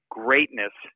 greatness